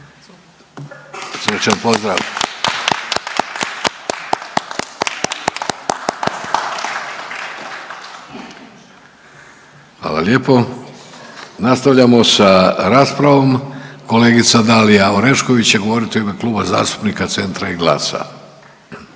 Hvala lijepo. Nastavljamo sa raspravom, kolegica Dalija Orešković će govoriti u ime Kluba zastupnika Centra i GLAS-a.